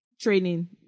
training